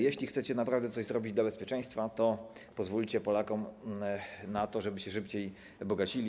Jeśli chcecie naprawdę coś zrobić dla bezpieczeństwa, to pozwólcie Polakom na to, żeby się szybciej bogacili.